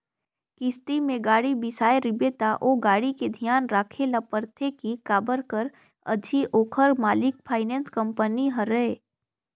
किस्ती में गाड़ी बिसाए रिबे त ओ गाड़ी के धियान राखे ल परथे के काबर कर अझी ओखर मालिक फाइनेंस कंपनी हरय